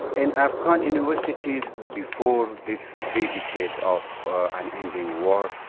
and afghan universities before this thee decade of unending war,